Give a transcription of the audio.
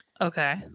Okay